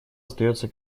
остается